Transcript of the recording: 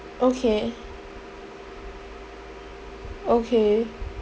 okay okay